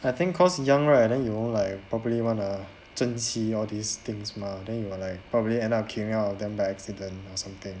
I think cause young right and then you all like probably want to 珍惜 all these things mah then you will like probably end up killing all of them by accident or something